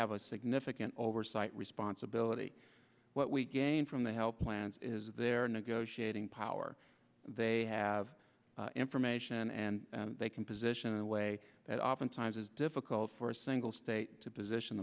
have a significant oversight responsibility what we gain from the help plans is there negotiating power they have information and they can position in a way that oftentimes is difficult for a single state to position